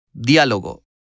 Diálogo